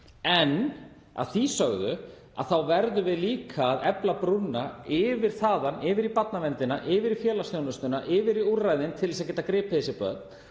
Að því sögðu verðum við líka að efla brúna þaðan yfir í barnaverndina, yfir í félagsþjónustuna, yfir í úrræðin til þess að geta gripið þessi börn.